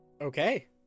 Okay